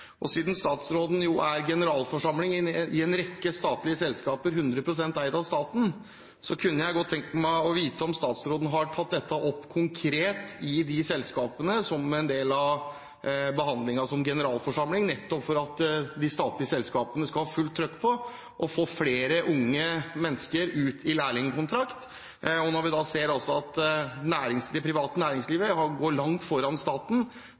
og siden statsråden jo er generalforsamling i en rekke statlige selskaper 100 pst. eid av staten, kunne jeg godt tenke meg å vite om statsråden som generalforsamling har tatt dette opp konkret i de selskapene som en del av behandlingen, nettopp for at de statlige selskapene skal ha fullt trøkk på å få flere unge mennesker ut på lærlingkontrakt. Når vi da ser at det private næringslivet går langt foran staten,